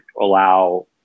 allow